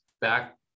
back